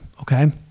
okay